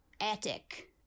Attic